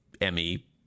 Emmy